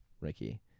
Ricky